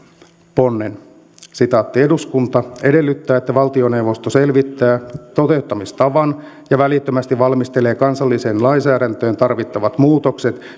ponnen eduskunta edellyttää että valtioneuvosto selvittää toteuttamistavan ja välittömästi valmistelee kansalliseen lainsäädäntöön tarvittavat muutokset